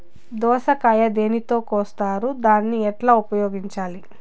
దోస కాయలు దేనితో కోస్తారు దాన్ని ఎట్లా ఉపయోగించాలి?